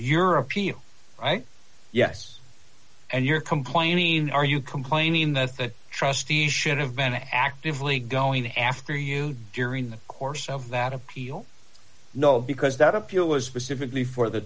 appeal right yes and you're complaining are you complaining that the trustee should have been actively going after you during the course of that appeal no because that appeal was specifically for the